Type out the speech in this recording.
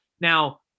Now